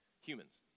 humans